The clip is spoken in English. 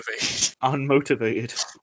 Unmotivated